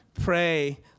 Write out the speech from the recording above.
pray